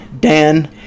Dan